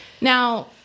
Now